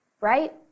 right